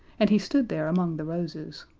and he stood there among the roses.